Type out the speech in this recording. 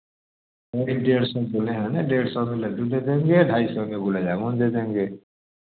नहीं नहीं एक डेढ़ सौ बोले हैं ना डेढ़ सौ में लड्डू दे देंगे ढाई सौ के गुलाब जामुन दे देंगे